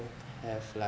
would have like